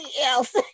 else